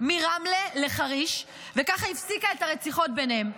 מרמלה לחריש, וככה הפסיקה את הרציחות ביניהם.